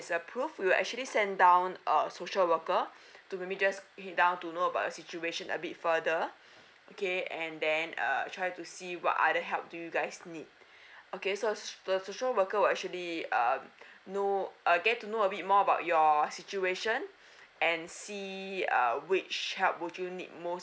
approved we'll actually send down err social worker to meet just to head down to know about your situation a bit further okay and then err try to see what other help do you guys need okay so social worker will actually uh know uh get to know a bit more about your situation and see which help would you need most